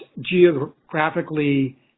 geographically